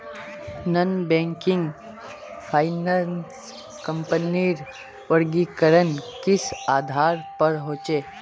Non banking finance कंपनीर वर्गीकरण किस आधार पर होचे?